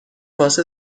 واسه